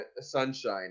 Sunshine